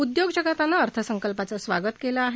उद्योगजगतानं अर्थसंकल्पाचं स्वागत केलं आहे